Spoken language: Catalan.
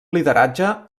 lideratge